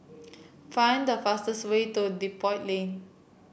find the fastest way to Depot Lane